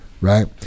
right